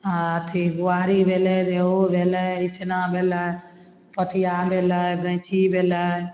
आओर अथी बोआरी भेलय रेहू भेलय इचना भेलय पोठिया भेलय गैञ्ची भेलय